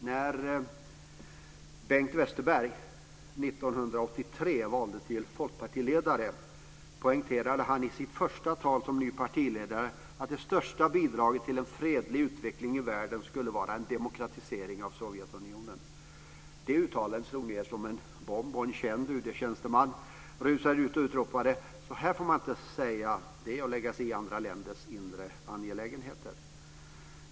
När Bengt Westerberg 1983 valdes till folkpartiledare poängterade han i sitt första tal som ny partiledare att det största bidraget till en fredlig utveckling i världen skulle vara en demokratisering av Sovjetunionen. Det uttalandet slog ned som en bomb, och en känd UD-tjänsteman rusade ut och utropade att "så här får man inte säga - det är att lägga sig i andra länders inre angelägenheter".